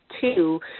two